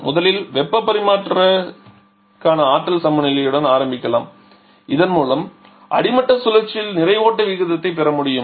முதலில் வெப்பப் பரிமாற்றிக்கான ஆற்றல் சமநிலையுடன் ஆரம்பிக்கலாம் இதன் மூலம் அடிமட்ட சுழற்சியில் நிறை ஓட்ட விகிதத்தைப் பெற முடியும்